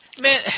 Man